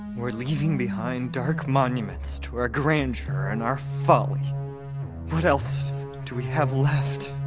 we're leaving behind dark monuments to our grandeur, and our folly what else do we have left?